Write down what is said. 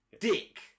dick